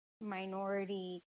minority